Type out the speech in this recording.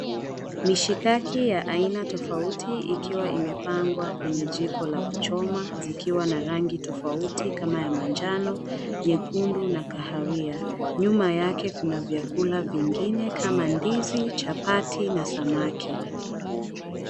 Mishikaki ya aina tofauti ikiwa imepangwa kwenye jiko la kuchoma zikiwa na rangi tofauti kama ya manjano, nyekundu na kahawia. Nyuma yake kuna vyakula vingine kama ndizi, chapati na samaki.